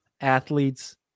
athletes